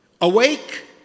awake